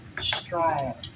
strong